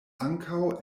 ankaŭ